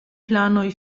planoj